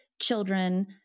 children